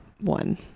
one